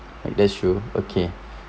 that's true okay